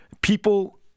people